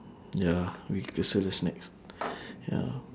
ya we circle the snacks ya